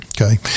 okay